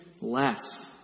less